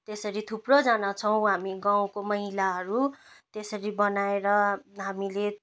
त्यसरी थुप्रैजना छौँ हामी गाउँको महिलाहरू त्यसरी बनाएर हामीले